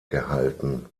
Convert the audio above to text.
gehalten